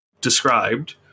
described